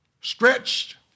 stretched